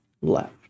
left